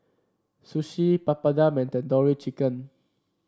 Sushi Papadum and Tandoori Chicken